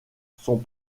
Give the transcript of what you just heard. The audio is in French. sont